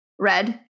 Red